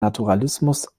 naturalismus